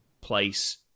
place